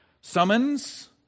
summons